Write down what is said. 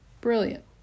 Brilliant